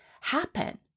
happen